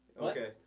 Okay